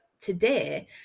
Today